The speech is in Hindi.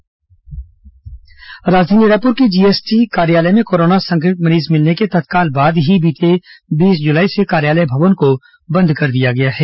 जीएसटी कार्यालय राजधानी रायुपर के जीएसटी कार्यालय में कोरोना संक्रमित मरीज मिलने के तत्काल बाद ही बीते बीस जुलाई से कार्यालय भवन को बंद कर दिया गया है